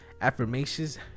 affirmations